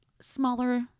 smaller